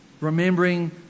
Remembering